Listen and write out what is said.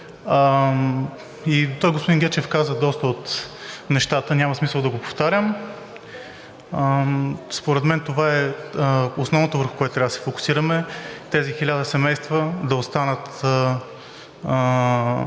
Господин Гечев каза доста от нещата. Няма смисъл да го повтарям. И според мен това е основното, върху което трябва да се фокусираме – на тези 1000 семейства да останат